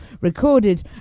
recorded